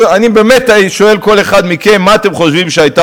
אני באמת שואל כל אחד מכם: מה אתם חושבים שהייתה